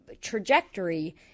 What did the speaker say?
trajectory